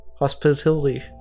hospitality